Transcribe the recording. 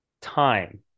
time